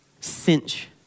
cinch